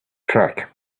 track